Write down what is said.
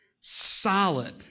solid